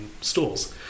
stores